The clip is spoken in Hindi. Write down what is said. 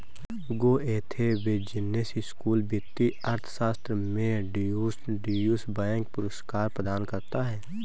गोएथे बिजनेस स्कूल वित्तीय अर्थशास्त्र में ड्यूश बैंक पुरस्कार प्रदान करता है